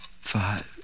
five